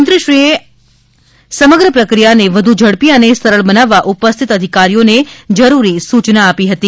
મંત્રીશ્રીએ આ સમગ્ર પ્રક્રિયાને વધુ ઝડપી અને સરળ બનાવવા ઉપસ્થિત અધિકારીઓને જરૂરી સૂચનાઓ આપી હતી